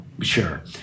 Sure